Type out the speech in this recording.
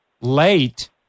late